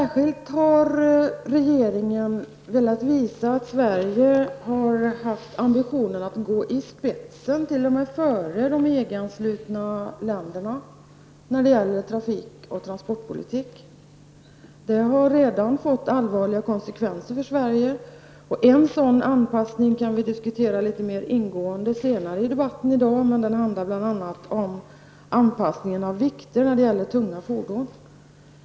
Regeringen har särskilt velat visa att Sverige har haft ambitionen att gå i spetsen och t.o.m. före EG-länderna i fråga om trafikoch transportpolitiken. Detta har redan fått allvarliga konsekvenser för Sverige. En sådan anpassning kan vi diskutera litet mer ingående senare i dag, då vi skall behandla frågan om anpassning av vikter på tunga fordon.